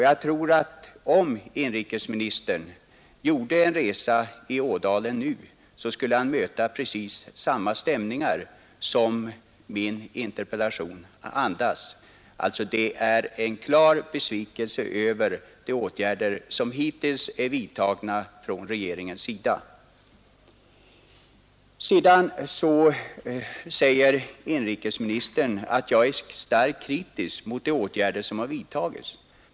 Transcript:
Jag tror att om inrikesministern gjorde en resa i ådalen nu, skulle han möta precis samma stämningar som min interpellation andas — en klar besvikelse över de åtgärder som hittills har vidtagits från regeringens sida . Sedan säger inrikesministern att jag är starkt kritisk mot de åtgärder som har vidtagits.